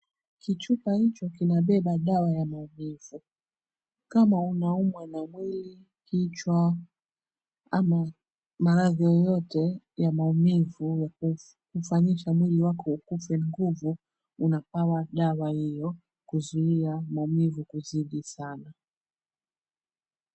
Kichupa hicho kinabeba dawa ya maumivu. Kama unaumwa na mwili, kichwa ama maradhi yeyote ya maumivu ya kufanyisha mwili wako ukufe nguvu unapewa dawa hiyo kuzuia maumivu kuzidi sana.